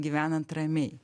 gyvenant ramiai